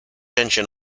engine